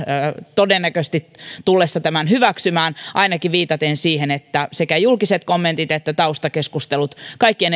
todennäköisesti tullessa tämän hyväksymään ainakin viitaten siihen että sekä julkiset kommentit että taustakeskustelut kaikkien